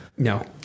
No